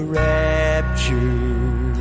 rapture